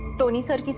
tony? sir,